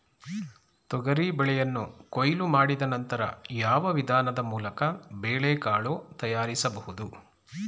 ತೊಗರಿ ಬೇಳೆಯನ್ನು ಕೊಯ್ಲು ಮಾಡಿದ ನಂತರ ಯಾವ ವಿಧಾನದ ಮೂಲಕ ಬೇಳೆಕಾಳು ತಯಾರಿಸಬಹುದು?